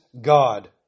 God